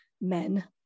men